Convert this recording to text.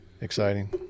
exciting